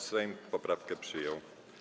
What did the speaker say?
Sejm poprawkę przyjął.